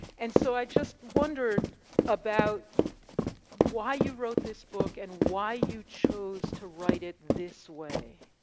and so, i just wondered about why you wrote this book and why you chose to write it this way?